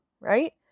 right